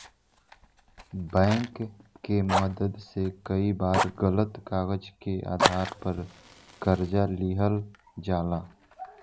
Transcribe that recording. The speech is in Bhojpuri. बैंक के मदद से कई बार गलत कागज के आधार पर कर्जा लिहल जाला